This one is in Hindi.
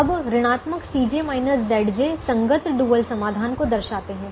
अब ऋणात्मक संगत डुअल समाधान को दर्शाते हैं